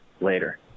later